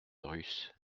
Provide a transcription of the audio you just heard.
russe